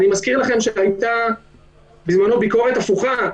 אני מזכיר לכם שהייתה בזמנו ביקורת הפוכה.